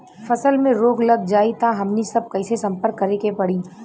फसल में रोग लग जाई त हमनी सब कैसे संपर्क करें के पड़ी?